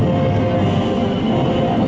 and